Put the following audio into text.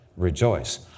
Rejoice